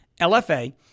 LFA